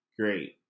great